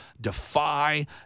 Defy